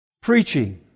preaching